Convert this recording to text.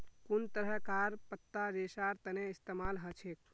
कुन तरहकार पत्ता रेशार तने इस्तेमाल हछेक